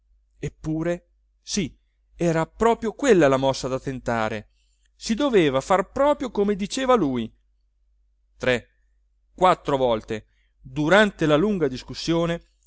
eppure sì era proprio quella la mossa da tentare si doveva far proprio come diceva lui tre quattro volte durante la lunga discussione